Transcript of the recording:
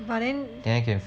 but then